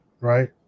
right